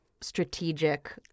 strategic